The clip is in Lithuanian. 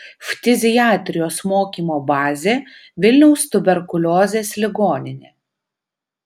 ftiziatrijos mokymo bazė vilniaus tuberkuliozės ligoninė